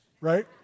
right